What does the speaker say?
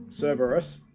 Cerberus